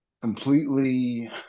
completely